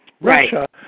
Russia